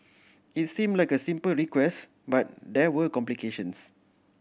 it's seem like a simple request but there were complications